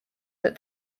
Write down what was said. that